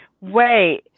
Wait